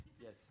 Yes